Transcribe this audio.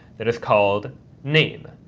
that is called name.